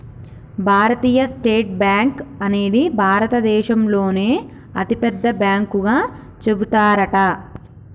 భారతీయ state bank అనేది భారత దేశంలోనే అతి పెద్ద బ్యాంకు గా చెబుతారట